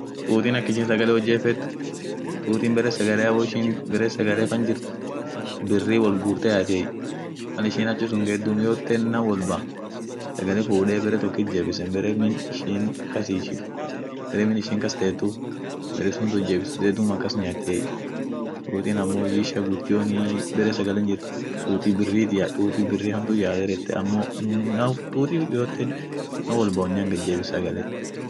Tuutin akishin sagale wo jeffet tuutin bere sagalea woishin bere sagale fan jirt birri wol guurte yaatiey, mal ishin achi sun geet duum yoteen nam wolba sagale fuude baretokit jebbisen bere min ishin kas ishit, bere min ishi kas teetu baresunt wot jebifte duum akas nyaatiey, tuuutin amo hujji ishian guddionii bare sagalen jirt, tuuti birrit ya tuuti biiri hamtuut yaate dette amo nam tuuti yoyote nam wolba wonian gajebi sagale.